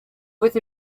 with